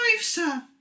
sir